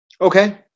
Okay